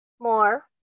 more